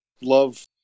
love